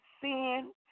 sin